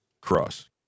Cross